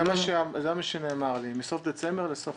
זה מה שנאמר לי מסוף דצמבר לסוף ינואר.